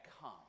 come